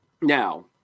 now